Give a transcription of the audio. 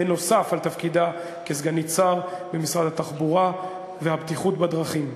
נוסף על תפקידה כסגנית שר במשרד התחבורה והבטיחות בדרכים.